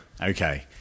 Okay